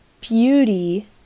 beauty